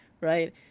Right